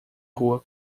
rua